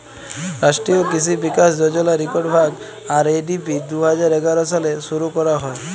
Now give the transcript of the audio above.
রাষ্ট্রীয় কিসি বিকাশ যজলার ইকট ভাগ, আর.এ.ডি.পি দু হাজার এগার সালে শুরু ক্যরা হ্যয়